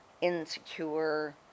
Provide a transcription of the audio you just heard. insecure